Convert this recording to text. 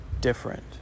different